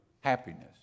happiness